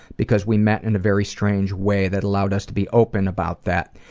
because we met in a very strange way that allowed us to be open about that.